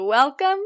Welcome